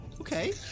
Okay